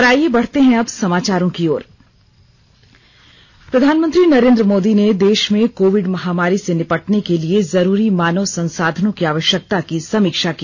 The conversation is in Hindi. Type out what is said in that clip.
और आइए बढ़ते हैं अब समाचारों की ओर प्रधानमंत्री नरेन्द्र मोदी ने देश में कोविड महामारी से निपटने के लिए जरूरी मानव संसाधनों की आवश्यकता की समीक्षा की